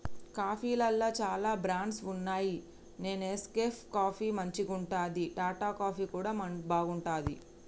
కాఫీలల్ల చాల బ్రాండ్స్ వున్నాయి నెస్కేఫ్ కాఫీ మంచిగుంటది, టాటా కాఫీ కూడా బాగుంటది